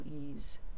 ease